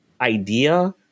idea